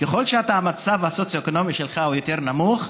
ככל שהמצב הסוציו-אקונומי שלך הוא יותר נמוך,